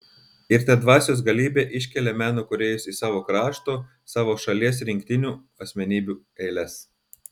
ir ta dvasios galybė iškelia meno kūrėjus į savo krašto savo šalies rinktinių asmenybių eiles